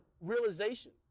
realization